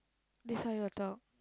this is how you will talk